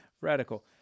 radical